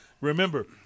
remember